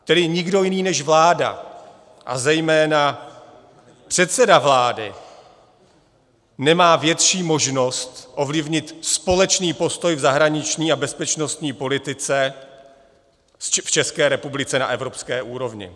Tedy nikdo jiný než vláda, a zejména předseda vlády, nemá větší možnost ovlivnit společný postoj v zahraniční a bezpečnostní politice v České republice na evropské úrovni.